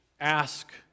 ask